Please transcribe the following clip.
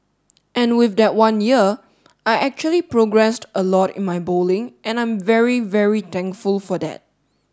and with that one year I actually progressed a lot in my bowling and I'm very very thankful for that